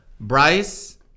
Bryce